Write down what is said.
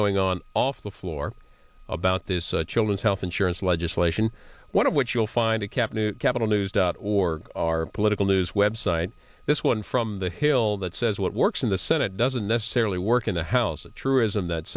going on off the floor about this a children's health insurance legislation one of which you'll find a cap new capital news or our political news web site this one from the hill that says what works in the senate doesn't necessarily work in the house a truism that